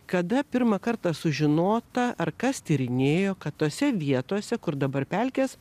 kada pirmą kartą sužinota ar kas tyrinėjo kad tose vietose kur dabar pelkės